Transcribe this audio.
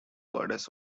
goddess